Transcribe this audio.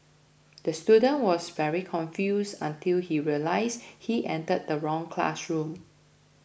the student was very confused until he realised he entered the wrong classroom